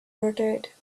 rotate